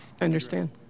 understand